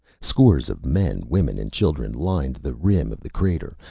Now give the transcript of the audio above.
scores of men, women and children lined the rim of the crater,